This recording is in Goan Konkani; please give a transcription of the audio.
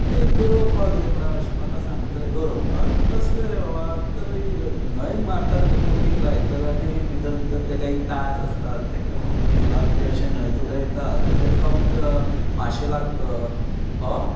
ते गरोवपाक रे म्हणून अशें म्हाका सांगतले गरोवपाक कसले रे बाबा तर न्हंयेंत मारता रे ते पोटींग लायतत आनी भितर ताका एक तास आसता ताका पोटींग लावन बी अशे न्हंयेंत उडयतात मागीर ताका माशें लागतत